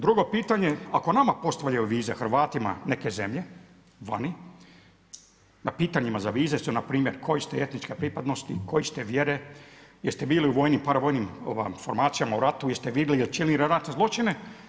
Drugo pitanje, ako nama postavljaju vize Hrvatima neke zemlje vani, na pitanjima za vize su npr. koje ste etničke pripadnosti, koje ste vjere, jeste bili u vojnim, pravojnim formacijama u ratu, jeste vidli ili činili ratne zločine.